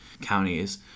counties